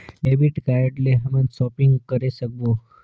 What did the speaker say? Debit card ले हमन shopping करे सकबो?